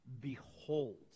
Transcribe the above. behold